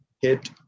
hit